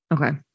Okay